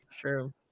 True